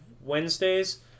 Wednesdays